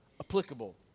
applicable